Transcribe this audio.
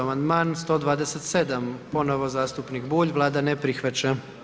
Amandman 127, ponovno zastupnik Bulj, Vlada ne prihvaća.